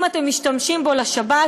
אם אתם משתמשים בו לשבת,